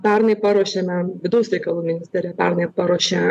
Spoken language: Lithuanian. pernai paruošėme vidaus reikalų ministerija pernai paruošė